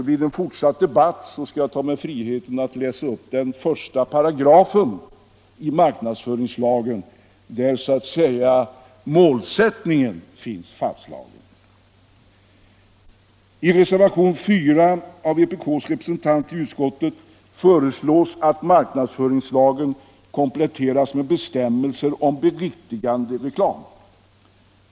Vid en fortsatt debatt i fråga skall jag ta mig friheten att läsa upp den första paragrafen i marknadsföringslagen, där målsättningen är fastslagen. I reservationen 4 av vpk:s representant i utskottet föreslås att marknadsföringslagen kompletteras med bestämmelser om beriktigandereklam.